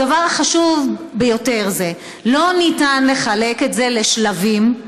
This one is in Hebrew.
הדבר החשוב ביותר: לא ניתן לחלק את זה לשלבים,